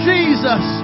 Jesus